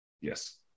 Yes